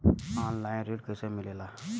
Online ऋण कैसे मिले ला?